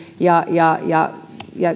ja ja